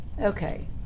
Okay